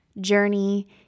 journey